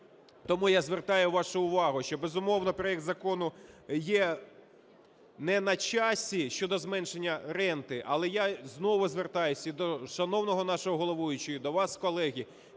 Тому я звертаю вашу увагу, що, безумовно, проект закону є не на часі щодо зменшення ренти, але я знову звертаюсь і до шановного нашого головуючого, і до вас, колеги,